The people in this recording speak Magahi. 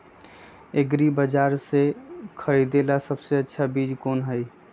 एग्रिबाजार पर से खरीदे ला सबसे अच्छा चीज कोन हई?